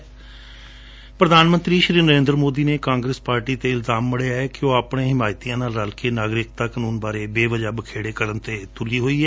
ਪ੍ਰਧਾਨ ਮੰਡਰੀ ਸ਼੍ਰੀ ਨਰੇਂਦਰ ਮੋਦੀ ਨੇ ਕਾਂਗਰਸ ਪਾਰਟੀ ਡੇ ਇਲਜਾਮ ਲਗਾਇਐ ਕਿ ਉਹ ਆਪਣੇ ਹਿਮਾਇਤੀਆਂ ਨਾਲ਼ ਰਲ ਕੇ ਨਾਗਰਿਕਤਾ ਕਨੁੰਨ ਬਾਰੇ ਬੇਵਜਾਹ ਬਖੇੜੇ ਖੜੇ ਕਰਣ ਤੇ ਤੁਲੀ ਹੋਈ ਹੈ